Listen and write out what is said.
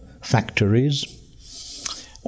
factories